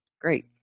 great